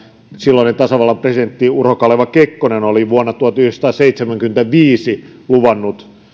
silloinen tasavallan presidentti urho kaleva kekkonen oli vuonna tuhatyhdeksänsataaseitsemänkymmentäviisi luvannut